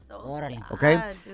Okay